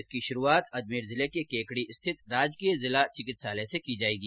इसकी शुरुआत अजमेर जिले के केकड़ी स्थित राजकीय जिला चिकित्सालय से की जायेगी